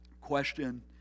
question